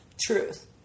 truth